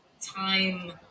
time